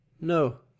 No